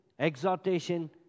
exhortation